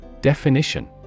Definition